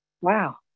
wow